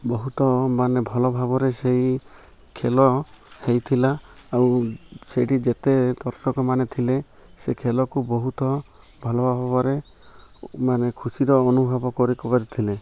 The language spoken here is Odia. ବହୁତ ମାନେ ଭଲ ଭାବରେ ସେଇ ଖେଳ ହେଇଥିଲା ଆଉ ସେଇଠି ଯେତେ ଦର୍ଶକମାନେ ଥିଲେ ସେ ଖେଳକୁ ବହୁତ ଭଲ ଭାବରେ ମାନେ ଖୁସିର ଅନୁଭବ କରିପାରି ଥିଲେ